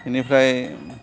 बिनिफ्राय